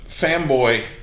fanboy